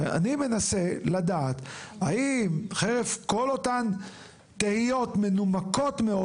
ואני מנסה לדעת האם חרף כל אותן תהיות מנומקות מאוד